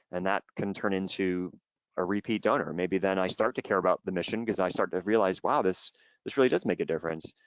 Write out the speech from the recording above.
and that can turn into a repeat donor. maybe then i start to care about the mission cause i start to realize, wow, this this really does make a difference.